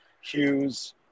Hughes